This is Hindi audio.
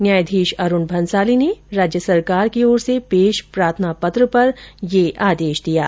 न्यायाधीश अरुण भंसाली ने राज्य सरकार की ओर से पेश प्रार्थना पत्र पर यह आदेश दिया है